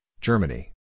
Germany